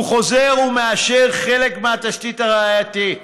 הוא חוזר ומאשר חלק מהתשתית הראייתית,